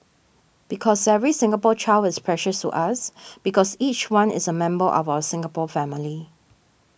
because every Singapore child is precious to us because each one is a member of our Singapore family